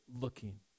looking